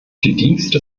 dienste